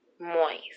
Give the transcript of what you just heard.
moist